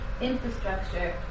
infrastructure